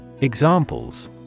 Examples